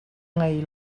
ngei